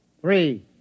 three